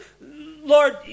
Lord